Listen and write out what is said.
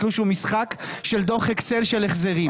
התלוש הוא משחק של דו"ח אקסל של החזרים.